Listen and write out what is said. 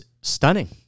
stunning